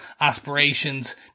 aspirations